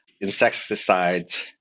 insecticides